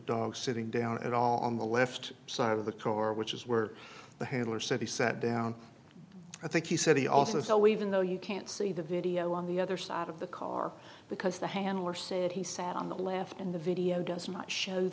dog sitting down at all on the left side of the car which is where the handler said he sat down i think he said he also so even though you can't see the video on the other side of the car because the handler said he saw it on the left and the video goes much show